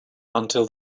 until